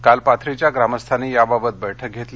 काल पाथरीच्या ग्रामस्थांनी याबाबत बैठक घेतली